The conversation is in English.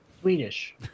Swedish